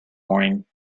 morning